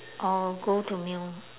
or go to meal